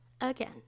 again